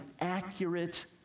accurate